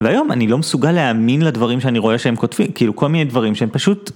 והיום אני לא מסוגל להאמין לדברים שאני רואה שהם כותבים, כאילו כל מיני דברים שהם פשוט...